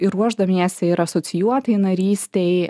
ir ruošdamiesi ir asocijuotai narystei